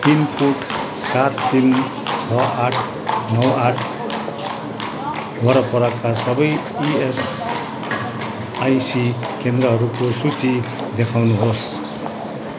pin code सात तिन छ आठ नौ आठ वरपरका सबै इएसआइसी केन्द्रहरूको सूची देखाउनुहोस्